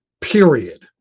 period